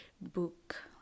book